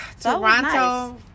Toronto